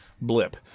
blip